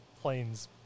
planes